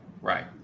Right